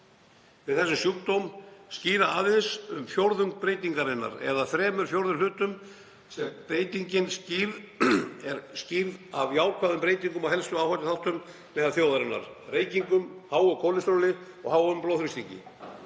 við þessum sjúkdómum skýra aðeins um fjórðung breytingarinnar, en að þremur fjórðu hlutum var breytingin skýrð af jákvæðum breytingum í helstu áhættuþáttum meðal þjóðarinnar; reykingum, háu kólesteróli og háum blóðþrýstingi.